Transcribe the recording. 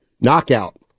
knockout